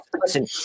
Listen